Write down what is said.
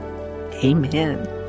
Amen